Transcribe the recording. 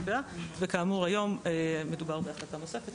וכאמור היום מדובר בהחלטה נוספת,